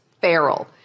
feral